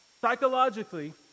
psychologically